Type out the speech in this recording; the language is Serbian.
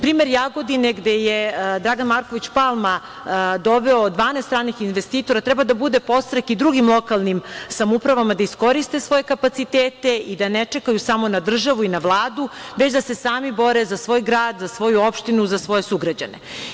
Primer Jagodine, gde je Dragan Marković Palma doveo 12 stranih investitora treba da bude podstrek i drugim lokalnim samoupravama, da iskoriste svoje kapacitete i da ne čekaju samo na državu i na Vladu, već da se sami bore za svoj grad, za svoju opštinu, za svoje sugrađane.